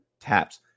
taps